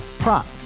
Prop